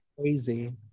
Crazy